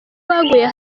baguye